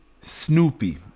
Snoopy